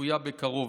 צפויה בקרוב.